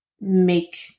make